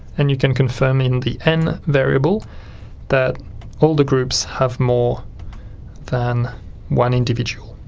and you can confirm in the n variable that all the groups have more than one individual.